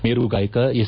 ಮೇರು ಗಾಯಕ ಎಸ್